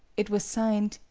it was signed,